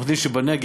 אנחנו יודעים שבנגב,